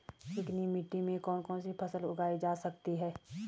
चिकनी मिट्टी में कौन सी फसल उगाई जा सकती है?